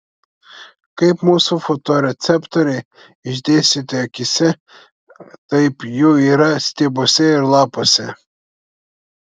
kaip mūsų fotoreceptoriai išdėstyti akyse taip jų yra stiebuose ir lapuose